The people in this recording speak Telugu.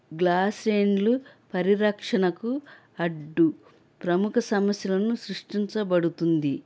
గ్లాసేండ్లు పరిరక్షణకు అడ్డు ప్రముఖ సమస్యలను సృష్టించబడుతుంది